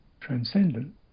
transcendent